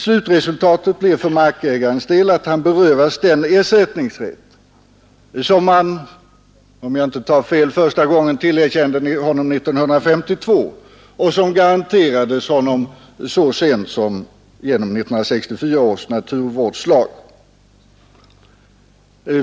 Slutresultatet blir för markägarens del att han berövas den ersättningsrätt som man, om jag inte tar fel, första gången tillerkände honom 1952 och som garanterades honom så sent som genom 1964 års naturvårdslag.